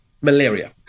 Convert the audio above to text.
malaria